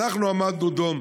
אנחנו עמדנו דום,